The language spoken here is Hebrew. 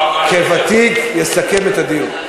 כוותיק, יסכם את הדיון.